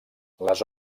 les